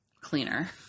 cleaner